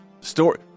story